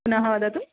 पुनः वदतु